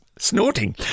Snorting